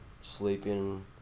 sleeping